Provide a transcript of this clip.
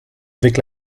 avec